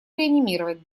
реанимировать